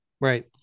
Right